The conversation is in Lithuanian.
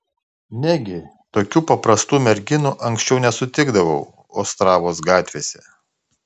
negi tokių paprastų merginų anksčiau nesutikdavau ostravos gatvėse